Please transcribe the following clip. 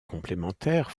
complémentaires